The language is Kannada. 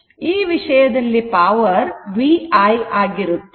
ಈ ವಿಷಯದ ದಲ್ಲಿ ಪವರ್ vi ಆಗಿರುತ್ತದೆ